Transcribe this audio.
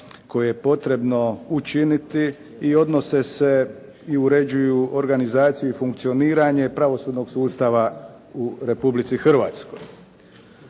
koje je potrebno učiniti i odnose se i uređuju organizaciju i funkcioniranje pravosudnog sustava u Republici Hrvatskoj.